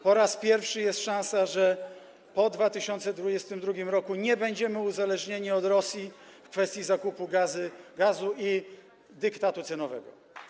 Po raz pierwszy jest szansa, że po 2022 r. nie będziemy uzależnieni od Rosji w kwestii zakupu gazu i dyktatu cenowego.